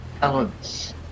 Balance